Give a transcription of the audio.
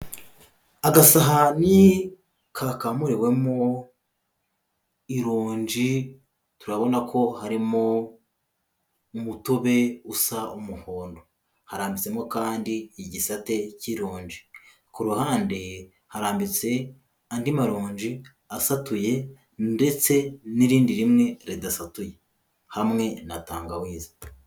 Agasahani kakamuriwemo ironji turabona ko harimo umutobe usa umuhondo, harambitsemo kandi igisate k'ironji, ku ruhande harambitse andi maronji asatuye ndetse n'irindi rimwe ridasatuye hamwe na tangawizi.